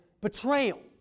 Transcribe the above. betrayal